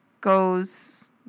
goes